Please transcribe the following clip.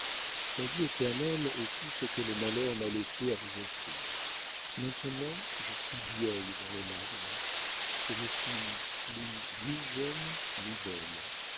ma vie éternelle est tout ce que le malheur m'a laissé à vous offrir maintenant je suis vieillie dans les larmes je ne suis plus ni jeune ni belle